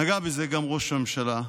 נגע בזה גם ראש הממשלה,